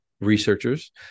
researchers